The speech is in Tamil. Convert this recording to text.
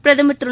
பிரதமர் திரு